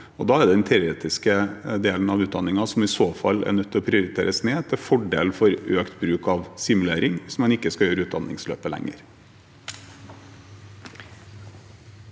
Da er det den teoretiske delen av utdanningen som i så fall er nødt til å prioriteres ned til fordel for økt bruk av simulering – hvis man ikke skal gjøre utdanningsløpet lenger.